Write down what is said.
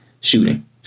shooting